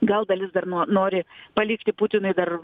gal dalis dar no nori palikti putinui dar